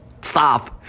stop